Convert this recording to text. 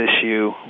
issue